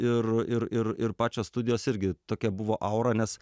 ir ir ir ir pačios studijos irgi tokia buvo aura nes